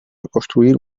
reconstruir